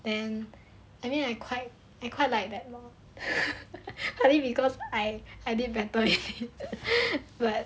then I mean I quite I quite like that lor I think because I did better in it but